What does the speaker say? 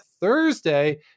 Thursday